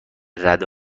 رده